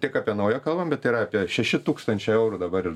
tik apie naują kalbam bet tai yra apie šeši tūkstančiai eurų dabar ir